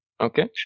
Okay